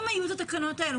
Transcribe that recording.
אם היו את התקנות האלו,